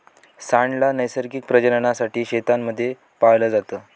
सांड ला नैसर्गिक प्रजननासाठी शेतांमध्ये पाळलं जात